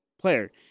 player